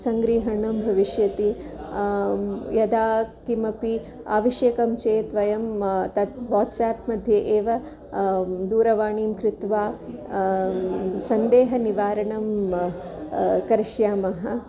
सङ्ग्रहणं भविष्यति यदा किमपि आवश्यकं चेत् वयं तत् वाट्साप्मध्ये एव दूरवाणीं कृत्वा सन्देहनिवारणं करिष्यामः